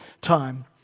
time